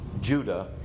Judah